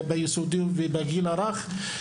ביסודי ובגיל הרך,